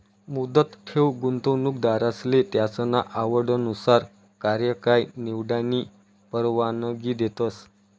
मुदत ठेव गुंतवणूकदारसले त्यासना आवडनुसार कार्यकाय निवडानी परवानगी देतस